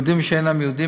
יהודים ושאינם יהודים,